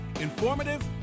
Informative